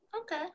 Okay